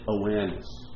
awareness